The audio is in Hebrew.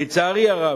לצערי הרב,